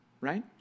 right